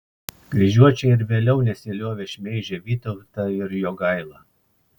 kryžiuočiai ir vėliau nesiliovė šmeižę vytautą ir jogailą